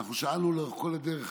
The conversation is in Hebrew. אנחנו שאלנו לאורך כל הדרך,